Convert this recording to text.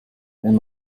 wenn